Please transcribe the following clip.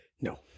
No